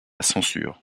censure